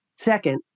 Second